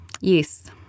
Yes